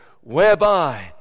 Whereby